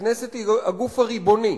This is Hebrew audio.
הכנסת היא הגוף הריבוני.